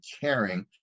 caring